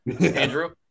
Andrew